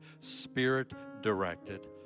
Spirit-directed